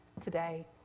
today